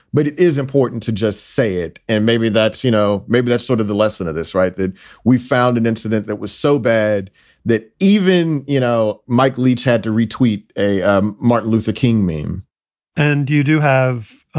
but it is important to just say it. and maybe that's, you know, maybe that's sort of the lesson of this, right, that we found an incident that was so bad that even, you know, mike leach had to re tweet a um martin luther king meme and you do have,